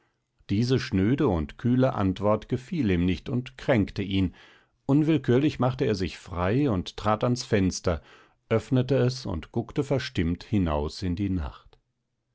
diese schnöde und kühle antwort gefiel ihm nicht und kränkte ihn unwillkürlich machte er sich frei und trat ans fenster öffnete es und guckte verstimmt hinaus in die nacht